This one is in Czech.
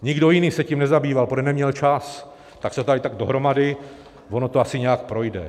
Nikdo jiný se tím nezabýval, protože neměl čas, tak se to dalo tak dohromady, ono to asi nějak projde.